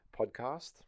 podcast